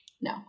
No